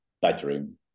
bedroom